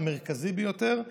המרכזי ביותר,